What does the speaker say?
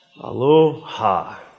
Aloha